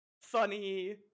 funny